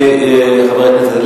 אדוני חברי הכנסת.